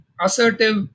Assertive